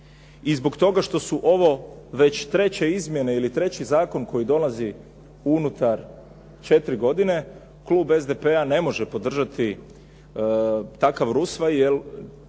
i zbog toga što su ovo već treće izmjene ili treći zakon koji dolazi unutar 4 godine, klub SDP-a ne može podržati takav rusvaj 'jel